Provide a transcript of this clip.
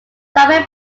simon